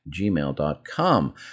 gmail.com